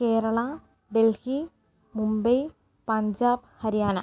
Kerala Delhi Mumbai Punjab Haryana